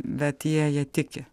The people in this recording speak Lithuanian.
bet jie ja tiki